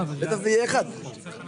אסביר.